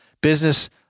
business